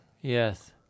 Yes